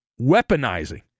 weaponizing